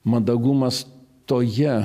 mandagumas toje